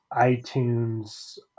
iTunes